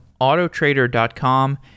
Autotrader.com